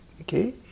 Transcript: okay